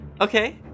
Okay